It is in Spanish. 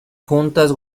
juntas